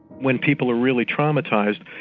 when people are really traumatised,